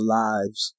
lives